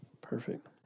Perfect